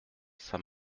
saint